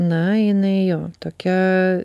na jinai jo tokia